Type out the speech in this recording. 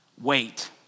Wait